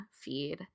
feed